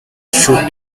shoe